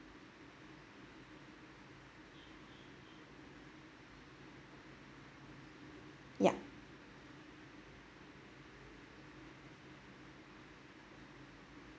yup